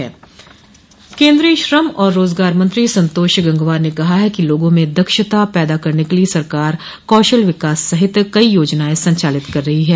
केन्द्रीय श्रम और रोजगार मंत्री संतोष गंगवार ने कहा है कि लोगों में दक्षता पैदा करने के लिये सरकार कौशल विकास सहित कई योजनाएं संचालित कर रही है